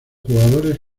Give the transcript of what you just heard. jugadores